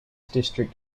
district